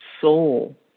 soul